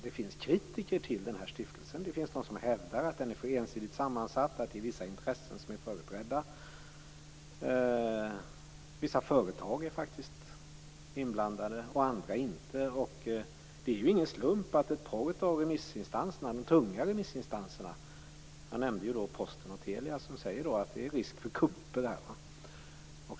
Det finns kritiker till den här stiftelsen. Det finns de som hävdar att den är för ensidigt sammansatt, att det är vissa intressen som är företrädda. Vissa företag är faktiskt inblandade och andra inte. Det är ju inte en slump att ett par av de tunga remissinstanserna, jag nämnde Posten och Telia, säger att det är risk för kupper.